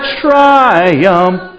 triumph